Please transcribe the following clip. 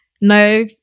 no